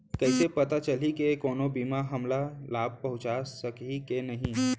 कइसे पता चलही के कोनो बीमा हमला लाभ पहूँचा सकही के नही